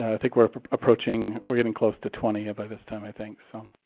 i think we're approaching, we're getting close to twenty, by this time, i think. so